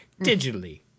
digitally